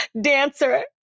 dancer